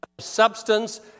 ...substance